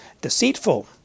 Deceitful